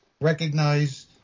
recognize